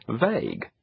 vague